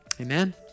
Amen